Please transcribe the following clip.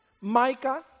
Micah